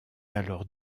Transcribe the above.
alors